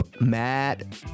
Mad